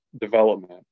development